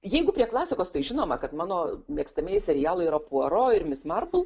jeigu prie klasikos tai žinoma kad mano mėgstamieji serialai yra puaro ir mis marpl